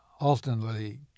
ultimately